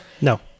No